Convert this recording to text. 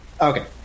Okay